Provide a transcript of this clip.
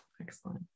Excellent